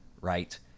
right